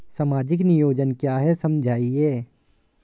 सामाजिक नियोजन क्या है समझाइए?